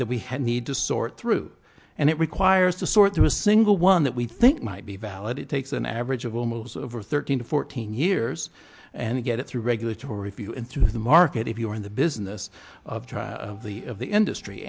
have need to sort through and it requires to sort through a single one that we think might be valid it takes an average of almost over thirteen to fourteen years and get it through regulatory view and through the market if you are in the business of china of the of the industry